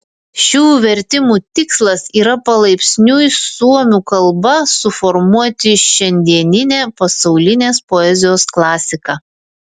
šių vertimų tikslas yra palaipsniui suomių kalba suformuoti šiandieninę pasaulinės poezijos klasiką